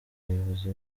bayobozi